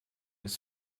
its